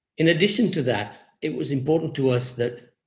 in addition to that, it was important to us that,